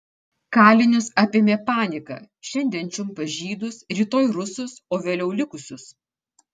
kalinius apėmė panika šiandien čiumpa žydus rytoj rusus o vėliau likusius